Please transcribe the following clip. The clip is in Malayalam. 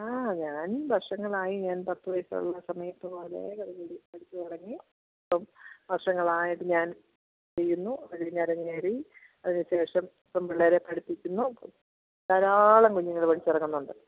ആ ഞാൻ വർഷങ്ങളായി ഞാൻ പത്തുവയസ്സുള്ള സമയത്ത് മുതലേ പഠിച്ചു തുടങ്ങി ഇപ്പം വർഷങ്ങളായിട്ട് ഞാൻ ചെയ്യുന്നു അരങ്ങേറി അതിനുശേഷം പെൺപിള്ളേരെ പഠിപ്പിക്കുന്നു ധാരാളം കുഞ്ഞുങ്ങൾ പഠിച്ചിറങ്ങുന്നുണ്ട്